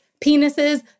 penises